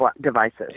devices